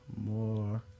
more